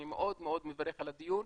אני מאוד מאוד מברך על הדיון.